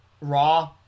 raw